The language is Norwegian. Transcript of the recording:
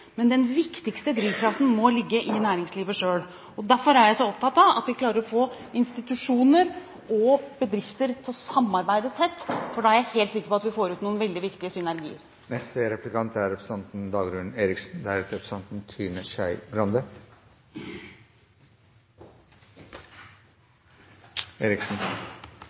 men den viktigste drivkraften må ligge i næringslivet selv. Derfor er jeg så opptatt av at vi klarer å få institusjoner og bedrifter til å samarbeide tett, for da er jeg helt sikker på at vi får ut noen veldig viktige synergier. Etter de siste rundene fram og tilbake er